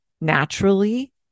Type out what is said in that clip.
naturally